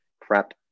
prep